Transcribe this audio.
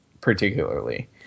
particularly